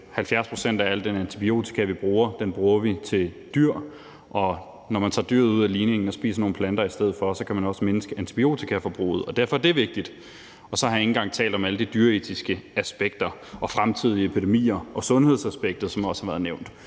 70 pct. af al den antibiotika, vi bruger, bruger vi til dyr, og når man tager dyr ud af ligningen og spiser nogle planter i stedet for, kan man også mindske antibiotikaforbruget. Derfor er det vigtigt. Og så har jeg ikke engang talt om alle de dyreetiske aspekter, fremtidige epidemier og sundhedsaspektet, som også har været nævnt.